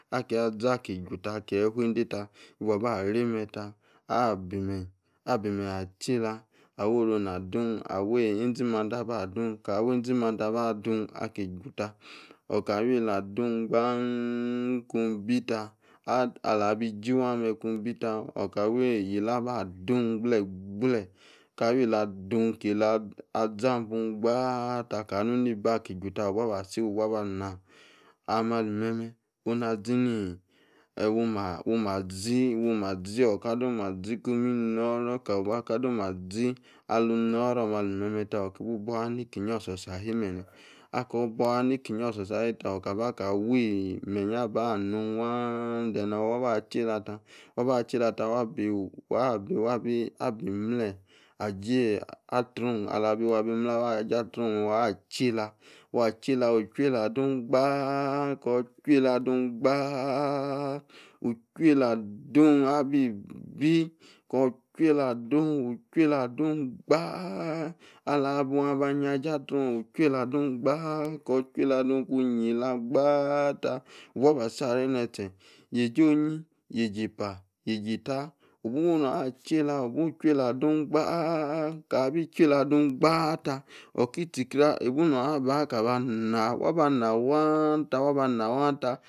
Aki azi aki ju ta, keyi ifu endeta. Y bu ba remeta, abi menyi abi menye achiela awa enzi mande aba dun. Ka wa enzi mande aba adun aki juta. Oka wi yela adun gban ku bi ta ala biji wan me̱ kubita aka wi yela aba dun gble gble adun ki yela azi abum gbata. Aki nu nibi aki juta wu bua ba na. Ame ali me̱me̱, onu na zini woma woma zi. Oka dem azi omi no̱ro̱, alun no̱ro̱ ame ali meme, oki bu buawa ni kinyi ahi e̱be̱ne̱ Ako̱ bu awa niki o̱so̱so̱ ahi be̱ne̱, ako̱ bu awa nikiyin o̱tso̱so̱ ahi ta oka ka wi menyi aba nun waan then wa ba zhe yela ta wa bi wa bi mle atra ong, ali bi ewu abi mle aji atra ong me̱ wa chiela, wa chelo̱ wuchuela adung gba ta. Wu chuela adung abi bi. ko chuela adung baa. alibun aba si arie ne̱ze̱ yeji onyi, yeji epa, yeji eta wu bu chuela adung ku yela gbata wu bu aba si ariene̱ze̱ yeji onyi, yeji epa yeji epa, yeji eta. Ka bu chuela adum gba ta wa nu riaria abun aba na.